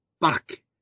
back